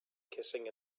kissing